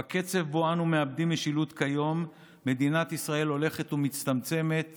בקצב שבו אנו מאבדים משילות כיום מדינת ישראל הולכת ומצטמצמת